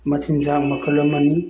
ꯃꯆꯤꯟꯖꯥꯛ ꯃꯈꯜ ꯑꯝꯅꯤ